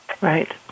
Right